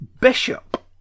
Bishop